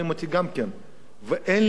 ואין לי תשובה לתת להם.